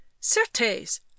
Certes